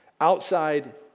outside